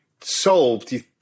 solved